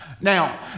Now